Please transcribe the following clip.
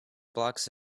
blocks